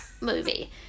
movie